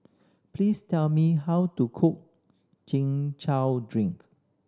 please tell me how to cook Chin Chow drink